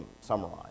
Summarize